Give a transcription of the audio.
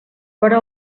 però